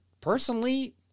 personally